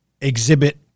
exhibit